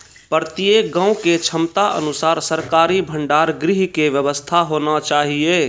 प्रत्येक गाँव के क्षमता अनुसार सरकारी भंडार गृह के व्यवस्था होना चाहिए?